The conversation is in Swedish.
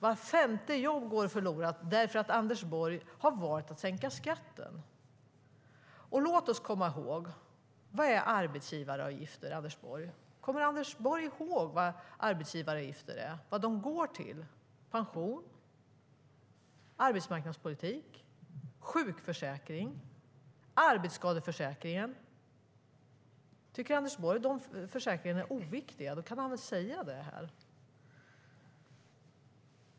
Vart femte jobb går förlorat därför att Anders Borg har valt att sänka skatten. Kommer Anders Borg ihåg vad arbetsgivaravgifter går till? De går till pension, arbetsmarknadspolitik, sjukförsäkring och arbetsskadeförsäkring. Om Anders Borg tycker att dessa försäkringar är oviktiga kan han väl säga det här.